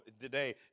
today